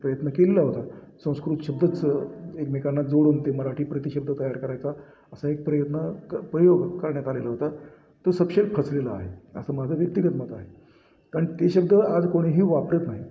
प्रयत्न केलेला होता संस्कृत शब्दच एकमेकांना जोडून ते मराठी प्रतिशब्द तयार करायचा असा एक प्रयत्न क प्रयोग करण्यात आलेला होता तो सपशेल फसलेला आहे असं माझं व्यक्तिगत मत आहे कारण ते शब्द आज कोणीही वापरत नाही